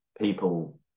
People